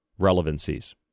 relevancies